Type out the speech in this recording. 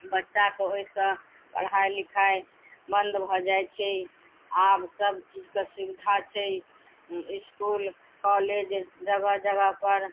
बच्चाके ओहिसँ पढ़ाइ लिखाइ बन्द भऽ जाइ छै आब सब चीजके सुविधा छै इसकुल कॉलेज जगह जगह पर